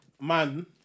man